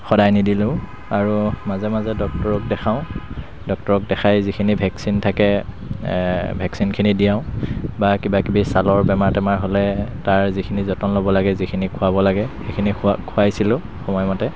সদায় নিদিলেও আৰু মাজে মাজে ডক্টৰক দেখাওঁ ডক্টৰক দেখাই যিখিনি ভেক্সিন থাকে ভেক্সিনখিনি দিওঁ বা কিবা কিবি চালৰ বেমাৰ তেমাৰ হ'লে তাৰ যিখিনি যতন ল'ব লাগে যিখিনি খুৱাব লাগে সেইখিনি খু খুৱাইছিলোঁ সময়মতে